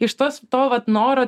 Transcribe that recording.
iš tos to vat noro